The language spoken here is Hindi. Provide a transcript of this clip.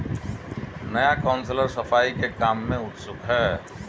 नया काउंसलर सफाई के काम में उत्सुक है